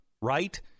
right